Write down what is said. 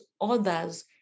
others